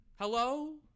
Hello